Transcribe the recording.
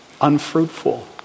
unfruitful